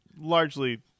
largely